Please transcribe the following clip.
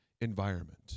environment